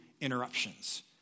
interruptions